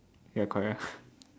ya correct ah